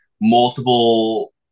multiple